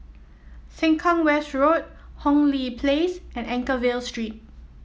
Sengkang West Road Hong Lee Place and Anchorvale Street